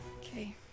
Okay